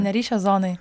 ne ryšio zonoj